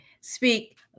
speak